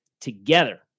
together